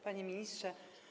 Panie Ministrze!